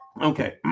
Okay